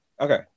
Okay